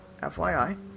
FYI